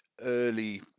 early